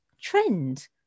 trend